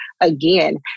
again